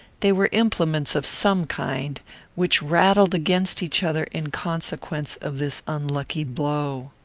they were implements of some kind which rattled against each other in consequence of this unlucky blow.